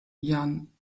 jan